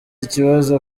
ikibazo